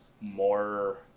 more